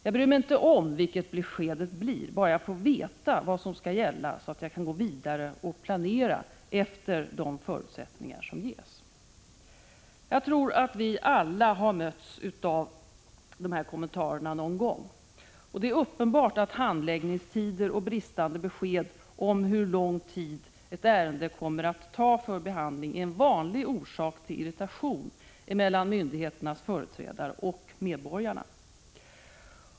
Jag bryr mig inte om vilket besked det blir, bara jag får veta vad som skall gälla, så att jag kan gå vidare och planera efter de förutsättningar som ges. Jag tror att vi alla har mötts av dessa kommentarer någon gång. Det är uppenbart att handläggningstider och bristande besked om hur lång tid ett ärende kommer att ta för behandling är en vanlig orsak till irritation mellan myndigheternas företrädare och medborgarna.